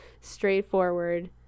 straightforward